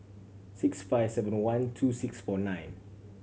six five seven one two six four nine